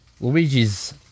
Luigi's